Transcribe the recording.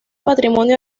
patrimonio